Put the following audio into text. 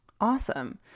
Awesome